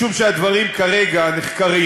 משום שהדברים כרגע נחקרים